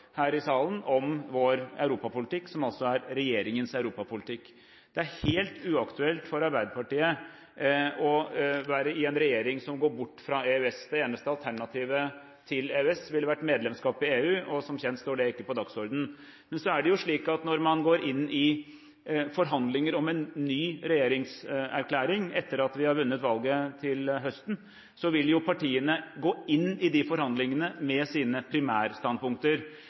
her i salen om vår europapolitikk, som altså er regjeringens europapolitikk. Det er helt uaktuelt for Arbeiderpartiet å være i en regjering som går bort fra EØS. Det eneste alternativet til EØS ville vært medlemskap i EU, og som kjent står det ikke på dagsordenen. Men så er det jo slik at når man går inn i forhandlinger om en ny regjeringserklæring, etter at vi har vunnet valget til høsten, vil partiene gå inn i de forhandlingene med sine primærstandpunkter.